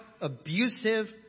abusive